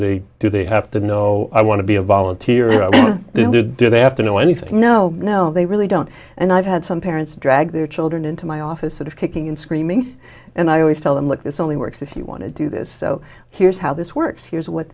they do they have to know i want to be a volunteer i want them to do they have to know anything no no they really don't and i've had some parents drag their children into my office sort of kicking and screaming and i always tell them look this only works if you want to do this so here's how this works here's what